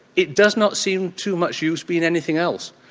it does not seem too much use being anything else.